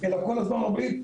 אלא כל הזמן אומרים,